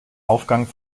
aufgang